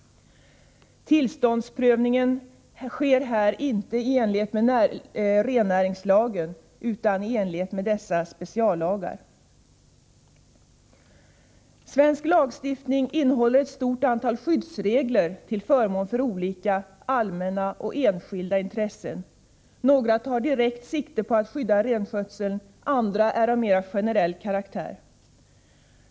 Tillåtlighetsprövningen sker här inte enligt rennäringslagen utan enligt dessa speciallagar. Svensk lagstiftning innehåller ett stort antal skyddsregler till förmån för olika allmänna och enskilda intressen. Några tar direkt sikte på att skydda renskötseln, andra är av mera generell karaktär.